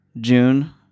June